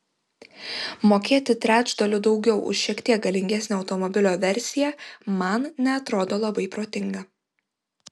mokėti trečdaliu daugiau už šiek tiek galingesnę automobilio versiją man neatrodo labai protinga